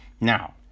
Now